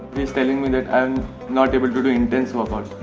please telling minute and not able to do intensive. of